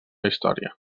història